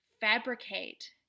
fabricate